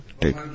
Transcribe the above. take